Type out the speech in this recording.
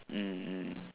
mm mm